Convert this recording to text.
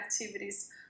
activities